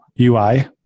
UI